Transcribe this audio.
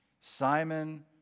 Simon